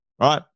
right